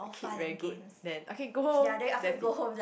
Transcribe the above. kid very good then okay go home that it